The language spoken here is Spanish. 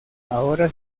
ahora